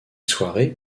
soirées